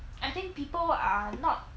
I think people are not